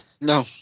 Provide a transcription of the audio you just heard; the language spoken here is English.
no